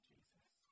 Jesus